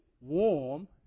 warm